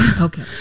Okay